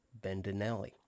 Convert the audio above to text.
Bendinelli